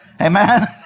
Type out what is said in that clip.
Amen